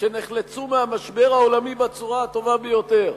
שנחלצו מהמשבר העולמי בצורה הטובה ביותר.